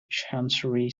chancery